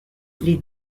les